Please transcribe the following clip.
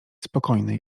spokojnej